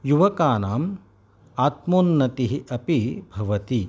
युवकानाम् आत्मोन्नतिः अपि भवति